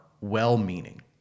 well-meaning